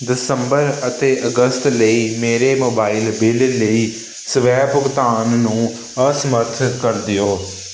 ਦਸੰਬਰ ਅਤੇ ਅਗਸਤ ਲਈ ਮੇਰੇ ਮੋਬਾਈਲ ਬਿੱਲ ਲਈ ਸਵੈ ਭੁਗਤਾਨ ਨੂੰ ਅਸਮਰੱਥ ਕਰ ਦਿਓ